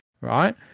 right